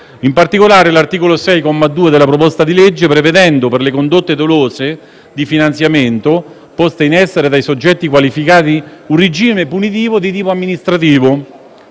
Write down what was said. In particolare, l'articolo 6, comma 2, della proposta di legge, prevedendo per le condotte dolose di finanziamento poste in essere dai soggetti qualificati un regime punitivo di tipo amministrativo,